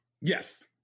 yes